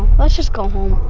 let's just go home.